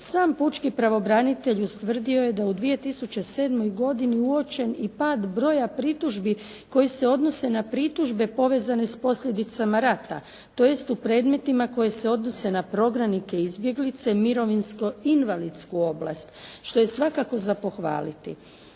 Sam pučki pravobranitelj ustvrdio je da u 2007. godini uočen i pad broja pritužbi koje se odnose na pritužbe povezane s posljedicama rata tj. u predmetima koje se odnose na prognanike i izbjeglice, mirovinsko invalidsku oblast, što je svakako za pohvaliti.